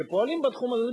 שפועלים בתחום הזה,